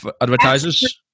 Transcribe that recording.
advertisers